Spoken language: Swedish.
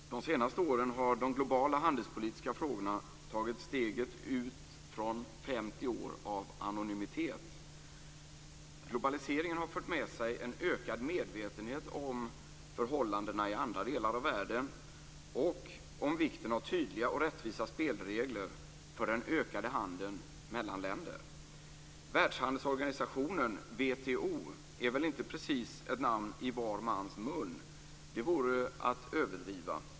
Fru talman! De senaste åren har de globala handelspolitiska frågorna tagit steget ut från 50 år av anonymitet. Globaliseringen har fört med sig en ökad medvetenhet om förhållandena i andra delar av världen och om vikten av tydliga och rättvisa spelregler för den ökade handeln mellan länder. Världshandelsorganisationen, WTO, är väl inte precis ett namn i var mans mun. Det vore att överdriva.